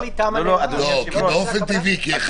אין פה גם את הערך המוסף המשמעותי שיש